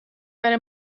برای